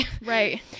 Right